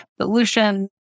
solutions